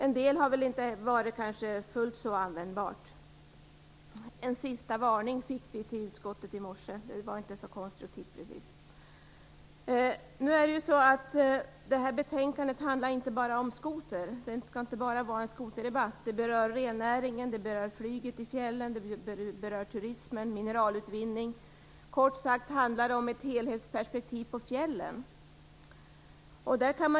En del har kanske inte varit fullt så användbar. "En sista varning" fick vi till utskottet i morse - det var inte så konstruktivt, precis. Det här betänkandet handlar inte bara om skoter. Det skall inte bara vara en skoterdebatt. Det handlar också om rennäringen, flyget i fjällen, turism, mineralutvinning - kort sagt handlar det om ett helhetsperspektiv på fjällen.